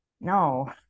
No